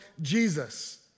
Jesus